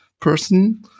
person